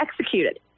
Executed